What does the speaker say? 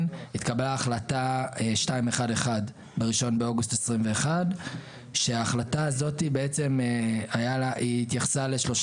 התקבלה החלטה 211 ב-1 באוגוסט 2021 כשההחלטה הזאת התייחסה לשלוש